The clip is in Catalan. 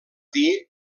dir